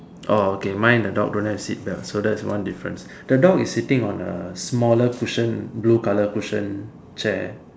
orh okay mine the dog don't have seatbelt so that's one difference the dog is sitting on a smaller cushion blue color cushion chair